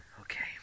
Okay